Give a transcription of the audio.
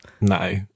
No